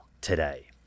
today